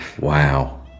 Wow